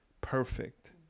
perfect